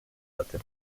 hatte